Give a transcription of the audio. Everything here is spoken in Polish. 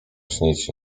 śnić